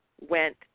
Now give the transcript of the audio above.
went